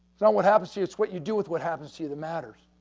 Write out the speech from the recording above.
not what happens to you, it's what you do with what happens to you that matters.